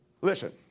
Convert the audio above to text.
Listen